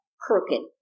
crooked